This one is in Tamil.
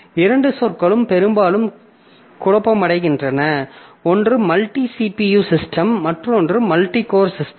இரண்டு சொற்கள் பெரும்பாலும் குழப்பமடைகின்றன ஒன்று மல்டி CPU சிஸ்டம் மற்றொன்று மல்டிகோர் சிஸ்டம்